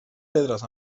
pedres